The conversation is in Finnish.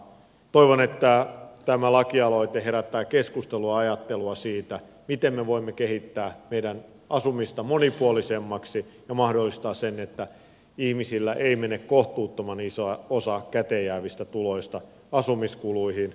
toivon että tämä lakialoite herättää keskustelua ja ajattelua siitä miten me voimme kehittää meidän asumista monipuolisemmaksi ja mahdollistaa sen että ihmisillä ei mene kohtuuttoman isoa osaa käteenjäävistä tuloista asumiskuluihin